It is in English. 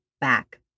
back